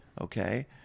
okay